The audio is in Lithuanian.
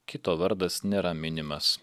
kito vardas nėra minimas